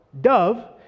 dove